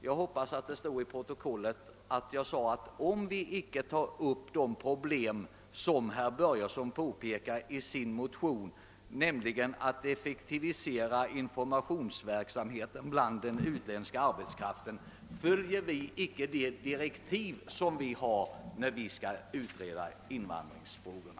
Jag hoppas att det framgår av protokollet att jag sade att om invandrarutredningen icke tar upp det problem som herr Börjesson i sin motion fäste uppmärksamheten på, nämligen problemet att effektivisera informationsverksamheten bland den utländska arbetskraften, följer utredningen icke de direktiv den har erhållit när det gäller att utreda invandringsfrågorna.